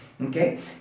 Okay